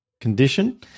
condition